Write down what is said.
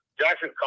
Jackson